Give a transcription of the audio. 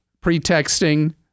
pretexting